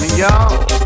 y'all